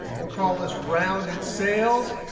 we'll call this rounded sales.